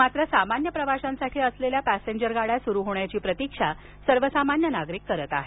मात्र सामान्य प्रवाशांसाठी असलेल्या पॅसेंजर गाड्या सुरु होण्याची प्रतीक्षा सर्वसामान्य नागरिक करत आहेत